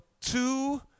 two